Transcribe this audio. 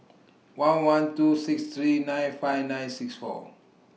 one one two six three nine five nine six four